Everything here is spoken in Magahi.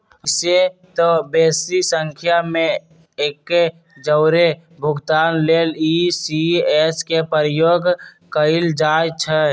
अइसेए तऽ बेशी संख्या में एके जौरे भुगतान लेल इ.सी.एस के प्रयोग कएल जाइ छइ